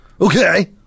okay